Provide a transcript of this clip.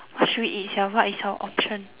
what should we eat sia what is our option